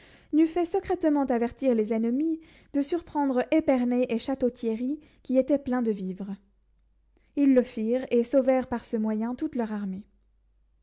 n'eût fait secrètement avertir les ennemis de surprendre épernay et château-thierry qui étaient pleins de vivres ils le firent et sauvèrent par ce moyen toute leur armée